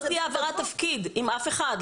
לא תהיה העברת תפקיד עם אף אחד.